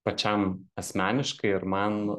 pačiam asmeniškai ir man